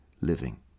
living